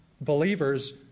believers